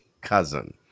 cousin